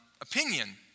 opinion